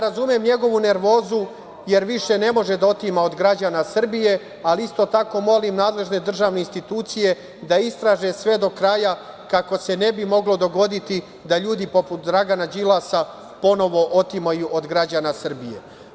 Razumem njegovu nervozu jer više ne može da otima od građana Srbije, ali isto tako molim nadležne državne institucije da istraže sve do kraja, kako se ne bi moglo dogoditi da ljudi poput Dragana Đilasa ponovo otimaju od građana Srbije.